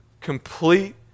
complete